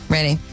Ready